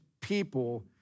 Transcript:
people